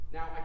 Now